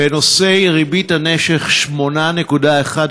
בנושא ריבית הנשך 8.1%,